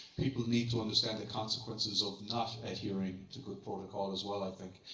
people need to understand the consequences of not adhering to good protocol as well, i think.